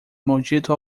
maldito